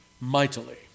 mightily